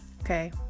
Okay